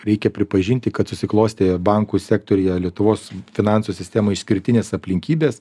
reikia pripažinti kad susiklostė bankų sektoriuje lietuvos finansų sistemai išskirtinės aplinkybės